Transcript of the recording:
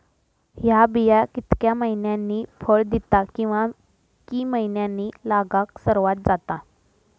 हया बिया कितक्या मैन्यानी फळ दिता कीवा की मैन्यानी लागाक सर्वात जाता?